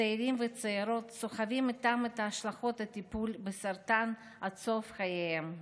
צעירים וצעירות סוחבים איתם את השלכות הטיפול בסרטן עד סוף חייהם,